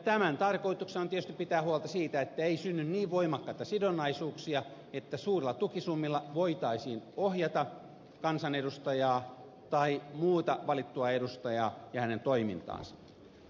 tämän tarkoituksena on tietysti pitää huolta siitä että ei synny niin voimakkaita sidonnaisuuksia että suurilla tukisummilla voitaisiin ohjata kansanedustajaa tai muuta valittua edustajaa ja hänen toimintaansa